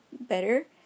better